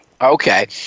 Okay